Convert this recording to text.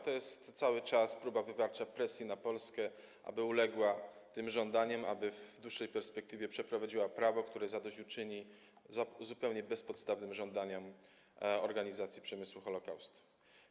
To jest cały czas próba wywarcia presji na Polskę, aby uległa żądaniom, aby w dłuższej perspektywie wprowadziła prawo, które zadośćuczyni zupełnie bezpodstawnym żądaniom organizacji przemysłu Holokaust.